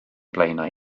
blaenau